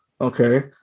okay